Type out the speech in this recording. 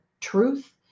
truth